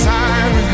time